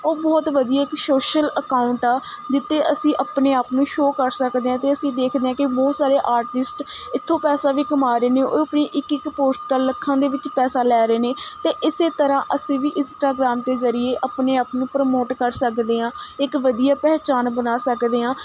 ਉਹ ਬਹੁਤ ਵਧੀਆ ਇੱਕ ਸ਼ੋਸ਼ਲ ਅਕਾਊਂਟ ਆ ਜਿੱਥੇ ਅਸੀਂ ਆਪਣੇ ਆਪ ਨੂੰ ਸ਼ੋਅ ਕਰ ਸਕਦੇ ਹਾਂ ਅਤੇ ਅਸੀਂ ਦੇਖਦੇ ਹਾਂ ਕਿ ਬਹੁਤ ਸਾਰੇ ਆਰਟਿਸਟ ਇੱਥੋਂ ਪੈਸਾ ਵੀ ਕਮਾ ਰਹੇ ਨੇ ਉਹ ਆਪਣੀ ਇੱਕ ਇੱਕ ਪੋਸਟ ਦਾ ਲੱਖਾਂ ਦੇ ਵਿੱਚ ਪੈਸਾ ਲੈ ਰਹੇ ਨੇ ਅਤੇ ਇਸੇ ਤਰ੍ਹਾਂ ਅਸੀਂ ਵੀ ਇੰਸਟਾਗ੍ਰਾਮ ਦੇ ਜ਼ਰੀਏ ਆਪਣੇ ਆਪ ਨੂੰ ਪ੍ਰਮੋਟ ਕਰ ਸਕਦੇ ਹਾਂ ਇੱਕ ਵਧੀਆ ਪਹਿਚਾਣ ਬਣਾ ਸਕਦੇ ਹਾਂ